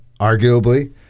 arguably